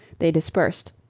they dispersed,